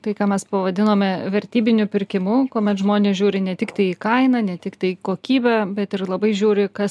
tai ką mes pavadinome vertybiniu pirkimu kuomet žmonės žiūri ne tiktai į kainą ne tiktai kokybę bet ir labai žiūri kas